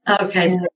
Okay